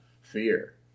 fear